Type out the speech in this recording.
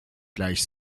gleich